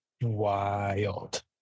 wild